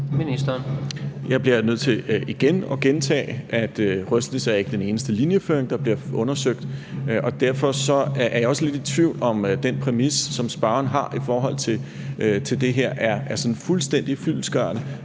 Jeg bliver nødt til igen at gentage, at Røsnæs ikke er den eneste linjeføring, der bliver undersøgt, og derfor er jeg også lidt i tvivl om, om den præmis, som spørgeren har i forhold til det her, er sådan fuldstændig fyldestgørende.